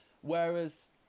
Whereas